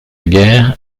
guerre